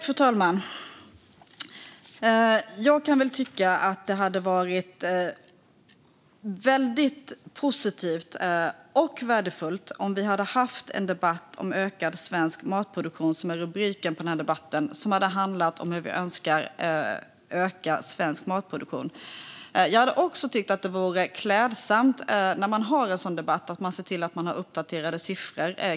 Fru talman! Det hade varit väldigt positivt och värdefullt om vi hade haft en debatt om ökad svensk matproduktion, vilket var rubriken på interpellationen, och om den hade handlat om hur vi önskar öka svensk matproduktion. När man har en sådan debatt hade det varit klädsamt om man såg till att ha uppdaterade siffror.